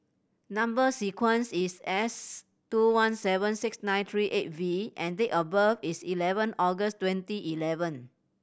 number sequence is S two one seven six nine three eight V and date of birth is eleven August twenty eleven